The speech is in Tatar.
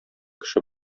кеше